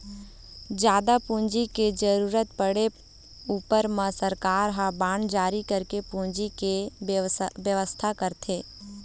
जादा पूंजी के जरुरत पड़े ऊपर म सरकार ह बांड जारी करके पूंजी के बेवस्था करथे